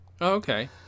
Okay